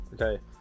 okay